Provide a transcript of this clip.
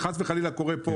אם חס וחלילה זה קורה פה?